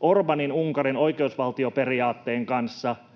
Orbánin Unkarin oikeusvaltioperiaatteen